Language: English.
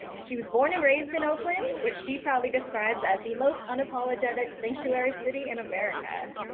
she was born and raised in oakland, which she proudly describes as the most unapologetic sanctuary city in america.